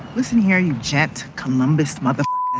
listen here you jet, columbus motherfucker.